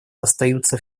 остаются